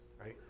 right